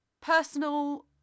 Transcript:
Personal